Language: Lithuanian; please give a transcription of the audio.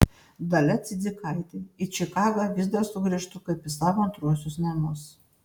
dalia cidzikaitė į čikagą vis dar sugrįžtu kaip į savo antruosius namus